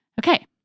Okay